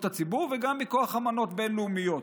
הציבור וגם מכוח אמנות בין-לאומיות.